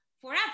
forever